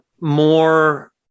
more